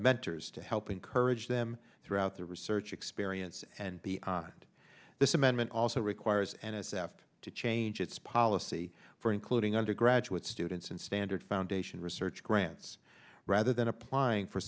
mentors to help encourage them throughout their research experience and this amendment also requires n s f to change its policy for including undergraduate students in standard foundation research grants rather than applying for